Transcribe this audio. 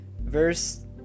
verse